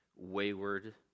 wayward